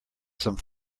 some